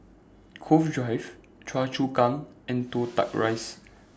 Cove Drive Choa Chu Kang and Toh Tuck Rise